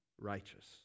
righteous